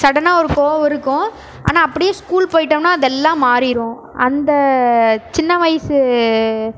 சடனாக ஒரு கோவம் இருக்கும் ஆனால் அப்படியே ஸ்கூல் போயிட்டோம்னா அதெல்லாம் மாறிரும் அந்த சின்ன வயசு